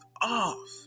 off